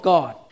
God